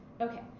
Okay